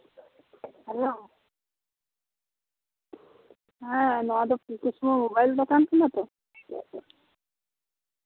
hello ᱱᱚᱶᱟ ᱫᱚ Phool Kusma mobile ᱫᱚᱠᱟᱱ ᱠᱟᱱᱟ ᱛᱚ